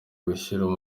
gushyingura